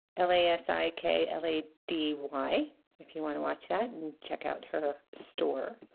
l a s i k l a d y if you want to watch that and check out her store